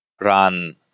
run